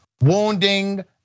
Wounding